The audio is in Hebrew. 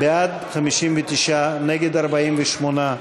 בעד, 59, נגד, 48,